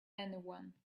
anyone